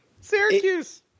Syracuse